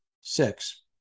Six